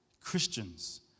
Christians